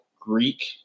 Greek